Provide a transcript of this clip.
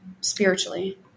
spiritually